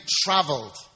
traveled